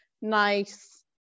nice